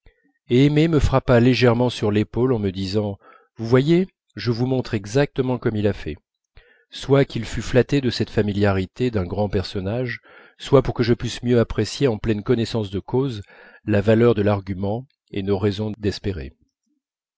et aimé me frappa légèrement sur l'épaule en me disant vous voyez je vous montre exactement comment il a fait soit qu'il fût flatté de cette familiarité d'un grand personnage soit pour que je pusse mieux apprécier en pleine connaissance de cause la valeur de l'argument et nos raisons d'espérer